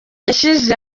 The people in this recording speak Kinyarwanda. yashyize